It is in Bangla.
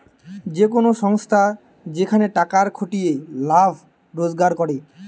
যে কোন সংস্থা যেখানে টাকার খাটিয়ে লাভ রোজগার করে